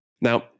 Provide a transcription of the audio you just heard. Now